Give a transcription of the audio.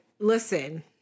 Listen